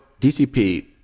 DCP